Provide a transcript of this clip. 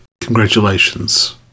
Congratulations